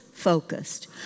focused